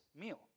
meal